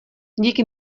díky